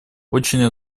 очень